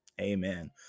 Amen